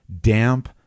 damp